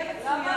יהיה מצוין.